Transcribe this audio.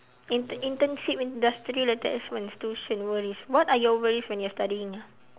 intern internship industrial attachment tuition worries what are your worries when you are studying ah